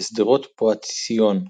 בשדרות פאטיסיון,